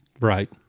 Right